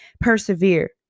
persevere